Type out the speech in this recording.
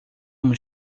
amo